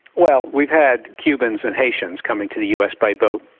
well we've had cubans and haitians coming to the us by boat,